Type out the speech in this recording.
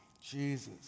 Jesus